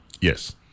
Yes